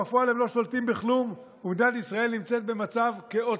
ובפועל הם לא שולטים בכלום ומדינת ישראל נמצאת במצב כאוטי.